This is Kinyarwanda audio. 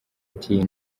ati